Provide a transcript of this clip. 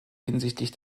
hinsichtlich